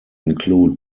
include